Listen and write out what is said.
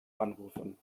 anrufen